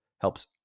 helps